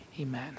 amen